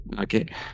Okay